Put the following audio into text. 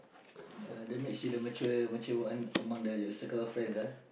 uh that makes you the mature mature one among the circle of friends ah